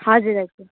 हजुर हजुर